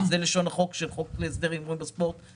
וזה לשון החוק של חוק להסדר הימורים בספורט,